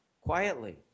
quietly